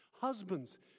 Husbands